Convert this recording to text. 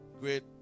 great